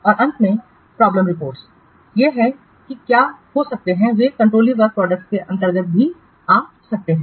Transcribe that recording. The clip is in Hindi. और अंत में प्रॉब्लम रिपोर्टस है कि वे क्या हो सकते हैं वे कंट्रोलीय वर्क प्रोडक्टसों के अंतर्गत भी आ सकते हैं